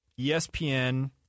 ESPN